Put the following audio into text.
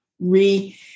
re